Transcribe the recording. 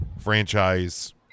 franchise